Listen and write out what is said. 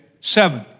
seven